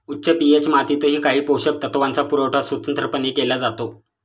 उच्च पी.एच मातीतही काही पोषक तत्वांचा पुरवठा स्वतंत्रपणे केला जातो